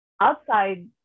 outside